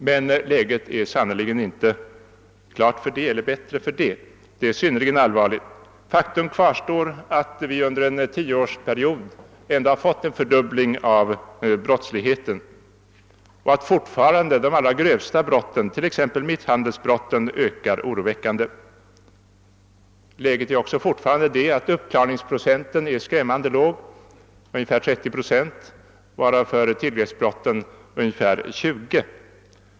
Men läget är sannerligen inte bättre för det — det är synnerligen allvarligt. Faktum kvarstår att vi under en tioårsperiod fått en fördubbling av brottsligheten och att fortfarande de allra grövsta brotten — t.ex. misshandelsbrotten — ökar oroväckande. Läget är också fortfarande det att uppklaringsprocenten är skrämmande låg — ungefär 30 procent, varav för tillgreppsbrott ungefär 20 procent.